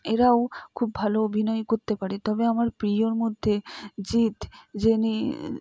এরাও খুব ভালো অভিনয় করতে পারে তবে আমার প্রিয়র মধ্যে জিৎ যিনি